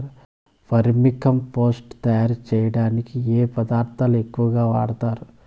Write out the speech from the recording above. వర్మి compost తయారుచేసేకి ఏ పదార్థాలు ఎక్కువగా వాడుతారు